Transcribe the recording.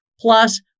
Plus